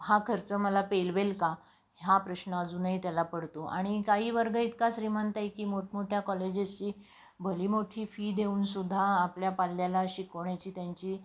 हा खर्च मला पेलवेल का हा प्रश्न अजूनही त्याला पडतो आणि काही वर्ग इतका श्रीमंत आहे की मोठमोठ्या कॉलेजेसची भली मोठी फी देऊनसुद्धा आपल्या पाल्याला शिकवण्याची त्यांची